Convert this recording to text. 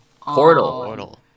Portal